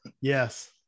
Yes